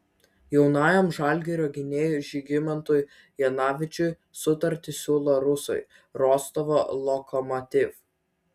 jaunajam žalgirio gynėjui žygimantui janavičiui sutartį siūlo rusai rostovo lokomotiv